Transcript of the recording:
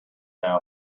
now